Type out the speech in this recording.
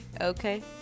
Okay